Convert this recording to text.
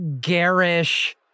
garish